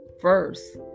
First